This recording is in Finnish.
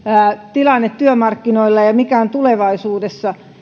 tilanne nykyisin työmarkkinoilla ja ja mikä tulevaisuudessa